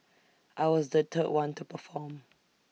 I was the third one to perform